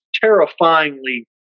terrifyingly